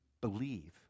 Believe